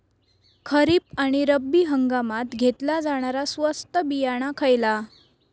खरीप आणि रब्बी हंगामात घेतला जाणारा स्वस्त बियाणा खयला?